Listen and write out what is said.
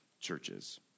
churches